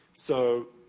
so,